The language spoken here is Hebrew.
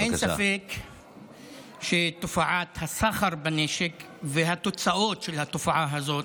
אין ספק שתופעת הסחר בנשק והתוצאות של התופעה הזאת,